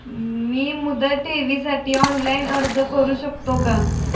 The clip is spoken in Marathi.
मी मुदत ठेवीसाठी ऑनलाइन अर्ज करू शकतो का?